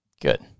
Good